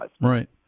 Right